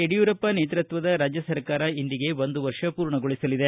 ಯಡಿಯೂರಪ್ಪ ನೇತೃತ್ವದ ರಾಜ್ಯ ಸರ್ಕಾರ ಇಂದಿಗೆ ಒಂದು ವರ್ಷ ಮೂರ್ಣಗೊಳಿಸಲಿದೆ